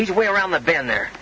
either way around the been there